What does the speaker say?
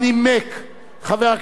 חבר הכנסת דב חנין,